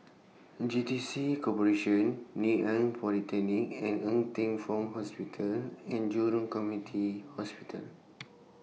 J T C Corporation Ngee Ann Polytechnic and Ng Teng Fong Hospital and Jurong Commity Hospital